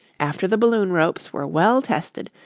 after the balloon ropes were well tested,